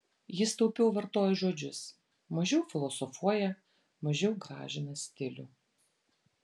jis taupiau vartoja žodžius mažiau filosofuoja mažiau gražina stilių